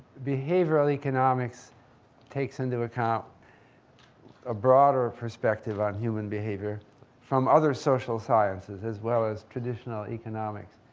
behavioral economics takes into account a broader perspective on human behavior from other social sciences as well as traditional economics.